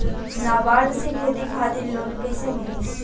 नाबार्ड से खेती खातिर लोन कइसे मिली?